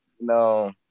No